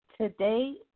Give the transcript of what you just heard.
today